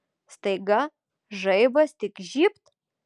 staiga žaibas tik žybt